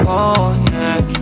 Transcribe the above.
Cognac